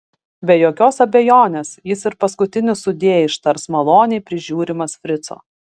be jokios abejonės jis ir paskutinį sudie ištars maloniai prižiūrimas frico